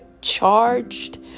charged